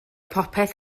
popeth